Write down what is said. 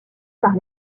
par